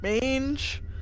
mange